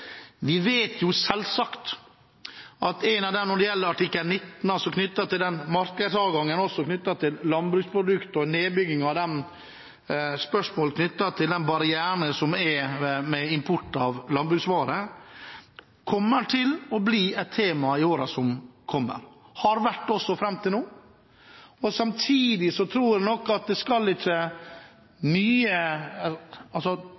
Når det gjelder artikkel 19 knyttet til markedsadgangen i forbindelse med landbruksprodukter og nedbygging av spørsmål vedrørende de barrierene som er ved import av landbruksvarer, kommer dette til å bli et tema i årene som kommer – og har vært det fram til nå. Samtidig tror jeg nok at det ikke skal mye